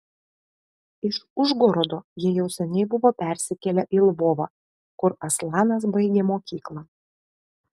iš užgorodo jie jau seniai buvo persikėlę į lvovą kur aslanas baigė mokyklą